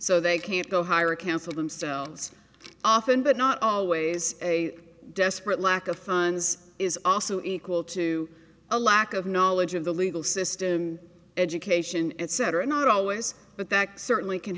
so they can't go hire a counselor themselves often but not always a do sperate lack of funds is also equal to a lack of knowledge of the legal system education etc not always but that certainly can